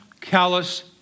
callous